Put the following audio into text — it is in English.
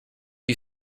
you